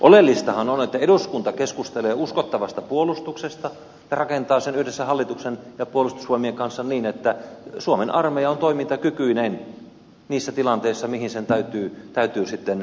oleellistahan on että eduskunta keskustelee uskottavasta puolustuksesta ja rakentaa sen yhdessä hallituksen ja puolustusvoimien kanssa niin että suomen armeija on toimintakykyinen niissä tilanteissa missä sen täytyy pystyä toimimaan